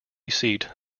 seat